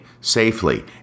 safely